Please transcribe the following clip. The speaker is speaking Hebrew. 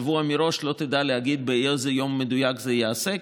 שבוע מראש לא תדע להגיד באיזה יום מדויק זה ייעשה,